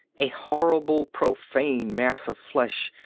a horrible profane mass of flesh,